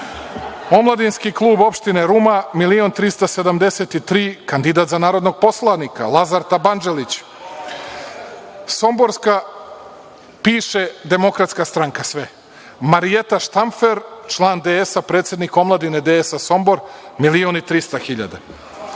Omladinski klub opštine Ruma, milion 373, kandidat za narodnog poslanika, Lazar Tabandželić. Somborska piše DS svem Marijeta Štanfer, član DS-a, predsednik omladine DS-a, Sombor, 1.300.000.